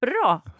Bra